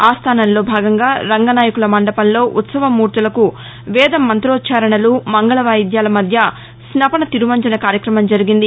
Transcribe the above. ఆస్టానంలో భాగంగా రంగనాయకుల మండపంలో ఉ త్సవ మూర్తులకు వేద మంతోచ్చారణలు మంగళ వాయిద్యాల మధ్య స్నపన తిరుమంజన కార్యక్రమం జరిగింది